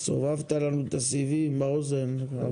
סובבת לנו את סיבים באוזן.